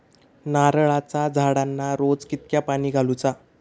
नारळाचा झाडांना रोज कितक्या पाणी घालुचा?